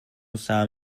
سهم